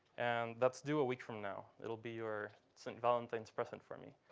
and that's due a week from now. it'll be your st. valentine's present for me.